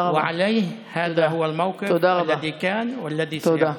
זו העמדה שהייתה ושתהיה.) תודה.